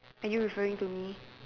are you referring to me